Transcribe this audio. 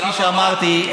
כפי שאמרתי,